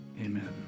Amen